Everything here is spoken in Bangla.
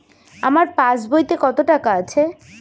আমার পাস বইতে কত টাকা আছে?